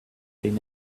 been